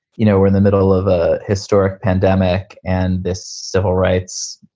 you know, we're in the middle of a historic pandemic and this civil rights,